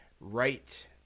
right